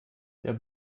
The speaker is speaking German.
der